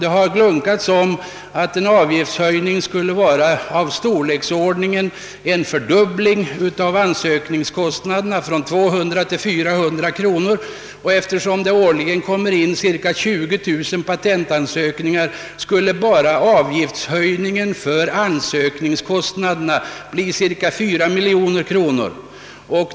Det har antytts att denna avgiftshöjning skulle komma att innebära en fördubbling av ansökningskostnaderna, från 200 till 400 kronor. Eftersom det årligen kommer in :ca 20 000 patentansökningar, skulle enbart höjningen av ansökningsavgiften medföra inkomstökningar för verket på cirka 4 miljoner kronor.